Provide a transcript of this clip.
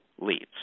leads